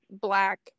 black